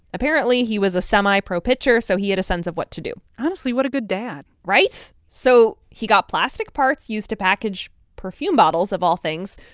apparently, he was a semipro pitcher, so he had a sense of what to do honestly, what a good dad right? so he got plastic parts used to package perfume bottles, of all things,